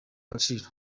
agaciro